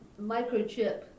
microchip